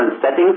settings